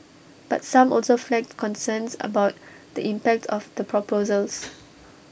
but some also flagged concerns about the impact of the proposals